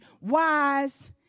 wise